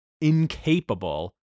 incapable